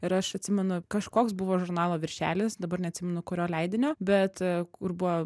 ir aš atsimenu kažkoks buvo žurnalo viršelis dabar neatsimenu kurio leidinio bet kur buvo